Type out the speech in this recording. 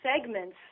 segments